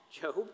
Job